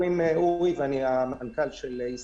אורי, ואני המנכ"ל של ישראייר.